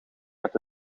met